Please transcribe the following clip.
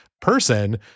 person